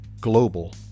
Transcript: global